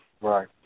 Right